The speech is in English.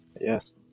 Yes